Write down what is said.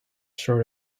sort